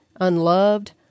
unloved